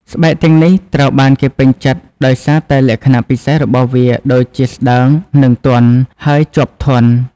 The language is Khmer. ស្បែកទាំងនេះត្រូវបានគេពេញចិត្តដោយសារតែលក្ខណៈពិសេសរបស់វាដូចជា ស្តើង និងទន់ ហើយជាប់ធន់។